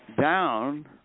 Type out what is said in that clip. down